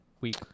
week